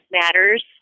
matters